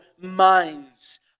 minds